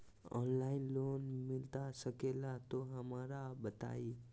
Online loan मिलता सके ला तो हमरो बताई?